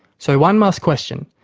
so, one must question,